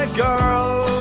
girl